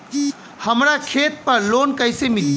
हमरा खेत पर लोन कैसे मिली?